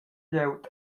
glieud